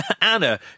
Anna